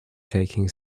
taking